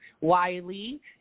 Wiley